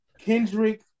Kendrick